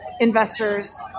investors